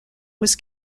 was